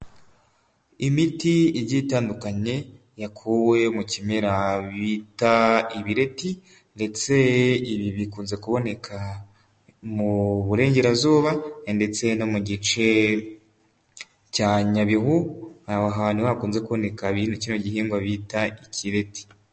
Imiti igiye itandukanye, yakuwe mu kimera bita ibireti ndetse ibi bikunze kuboneka mu burengerazuba ndetse no mu gice cya Nyabihu, naho hantu hakunze kuboneka kino gihingwa bita ikireti.